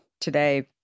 today